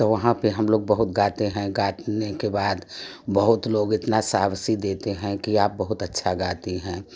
तो वहाँ पर हम लोग बहुत गाते हैँ गाने के बाद बहुत लोग इतना शाबाशी देते हैँ कि आप बहुत अच्छा गाती है